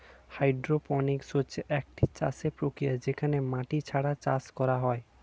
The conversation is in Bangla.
হাইড্রোপনিক্স হচ্ছে একটি চাষের প্রক্রিয়া যেখানে মাটি ছাড়া চাষ করা হয়